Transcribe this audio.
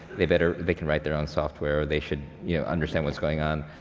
they better, they can write their own software or they should yeah understand what's going on.